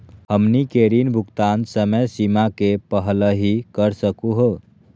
हमनी के ऋण भुगतान समय सीमा के पहलही कर सकू हो?